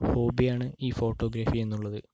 ഹോബിയാണ് ഈ ഫോട്ടോഗ്രാഫി എന്നുള്ളത്